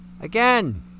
Again